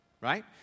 right